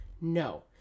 no